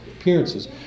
appearances